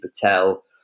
Patel